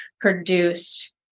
produced